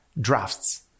Drafts